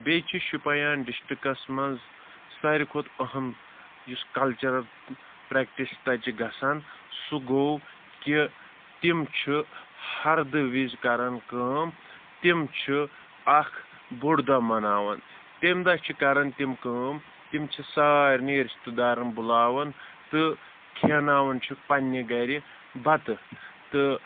بیٚیہِ چھُ شُپیان ڈِسٹِرٛکَس منٛز ساروی کھۄتہٕ اہم یُس کَلچَرَر پرٛیٚکٹِس چھِ تَتہِ چھِ گژھان سُہ گوٚو کہِ تِم چھِ ہردٕ وِزِ کَران کٲم تِم چھِ اَکھ بوٚڑ دۄہ مَناوان تمہِ دۄہ چھِ کَران تِم کٲم تِم چھِ سارنی رِشتہٕ دارَن بُلاوان تہٕ کھیناوان چھِکھ پنٛنہِ گَرِ بَتہٕ تہٕ